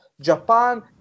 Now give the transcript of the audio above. Japan